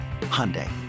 Hyundai